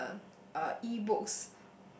uh uh e-books